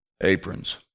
aprons